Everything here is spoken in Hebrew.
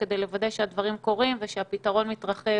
כדי לוודא שהדברים קורים ושהפתרון מתרחב